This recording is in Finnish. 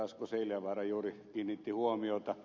asko seljavaara juuri kiinnitti huomiota